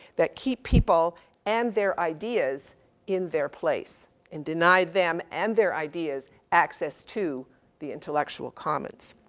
that keep people and their ideas in their place and deny them, and their ideas, access to the intellectual comments.